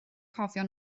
cofio